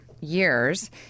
years